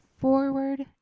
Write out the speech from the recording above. forward